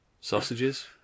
sausages